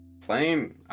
playing